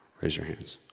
raise your hands.